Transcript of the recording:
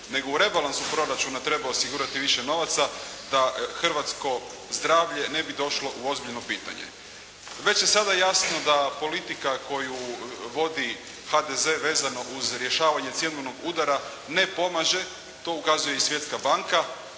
nego u rebalansu proračuna treba osigurati više novaca da hrvatsko zdravlje ne bi došlo u ozbiljno pitanje. Već je sada jasno da politika koju vodi HDZ vezano uz rješavanje cjenovnog udara ne pomaže. To ukazuje i Svjetska banka.